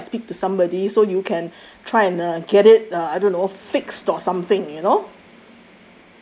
and and make sure I speak to somebody so you can try and uh get it uh I don't know fixed or something you know